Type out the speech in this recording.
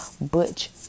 butch